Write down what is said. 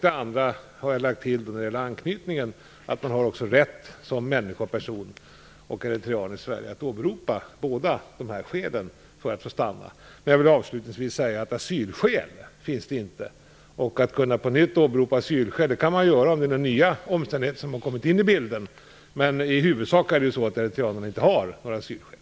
Det som jag sade vad gäller anknytning har jag lagt till. Man har rätt som människa, person och eritrean i Sverige att åberopa båda dessa skäl för att få stanna. Men jag vill avslutningsvis säga att det inte finns asylskäl. Man kan åberopa asylskäl på nytt om det har kommit in nya omständigheter i bilden, men i huvudsak har eritreanerna inga asylskäl.